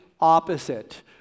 opposite